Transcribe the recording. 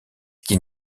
qu’il